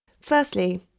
Firstly